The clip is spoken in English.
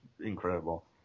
incredible